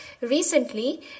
Recently